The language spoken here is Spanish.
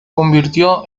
convirtió